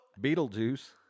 Beetlejuice